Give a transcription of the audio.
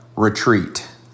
Retreat